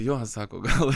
jo sako gal